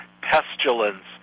pestilence